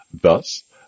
Thus